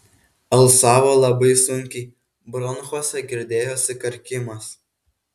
alsavo labai sunkiai bronchuose girdėjosi karkimas